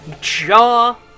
jaw